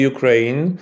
Ukraine